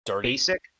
basic